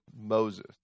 Moses